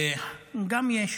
גם יש